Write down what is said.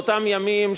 באותם ימים,